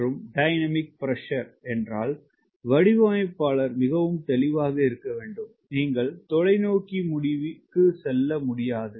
மற்றும் dynamic pressure என்றால் வடிவமைப்பாளர் மிகவும் தெளிவாக இருக்க வேண்டும் நீங்கள் தொலைநோக்கி முடிவுக்கு செல்ல முடியாது